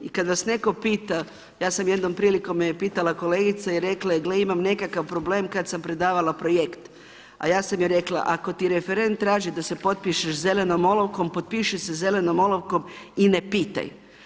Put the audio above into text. I kad vas netko pita, ja sam jednom prilikom me pitala kolegica i rekla je gle imam nekakav problem kad sam predavala projekt, a ja sam joj rekla ako ti referent traži da se potpišeš zelenom olovkom, potpiši se zelenom olovkom i ne pitaj.